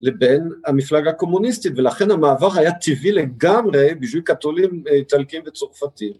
לבין המפלגה הקומוניסטית, ולכן המעבר היה טבעי לגמרי בשביל קתולים איטלקים וצרפתים.